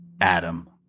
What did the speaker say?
Adam